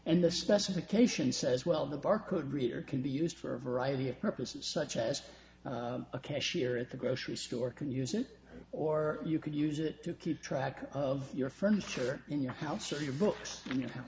and the specification says well the barcode reader can be used for a variety of purposes such as a cashier at the grocery store can use it or you could use it to keep track of your furniture in your house or your books in